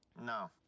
No